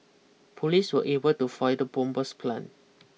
police were able to foil the bomber's plan